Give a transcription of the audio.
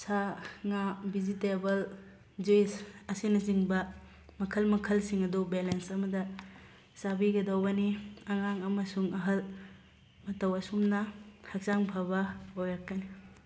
ꯁꯥ ꯉꯥ vegetable juice ꯑꯁꯤꯅꯆꯤꯡꯕ ꯃꯈꯜ ꯃꯈꯜꯁꯤꯡ ꯑꯗꯨ ꯕꯦꯂꯦꯟꯁ ꯑꯃꯗ ꯆꯥꯕꯤꯒꯗꯧꯕꯅꯤ ꯑꯉꯥꯡ ꯑꯃꯁꯨꯡ ꯑꯍꯜ ꯃꯇꯧ ꯑꯁꯨꯝꯅ ꯍꯛꯆꯥꯡ ꯐꯕ ꯑꯣꯏꯔꯛꯀꯅꯤ